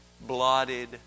blotted